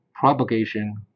propagation